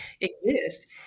exist